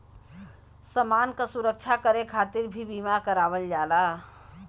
समान क सुरक्षा करे खातिर भी बीमा करावल जाला